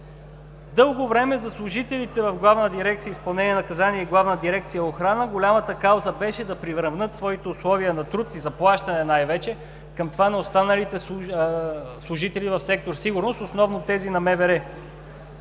Дълго време за служителите в Главна дирекция „Изпълнение на наказанията“ и Главна дирекция „Охрана“ голямата кауза беше да приравнят своите условия на труд и заплащане най-вече към това на останалите служители в сектор „Сигурност“, основно в тези на МВР.